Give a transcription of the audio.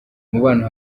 umubano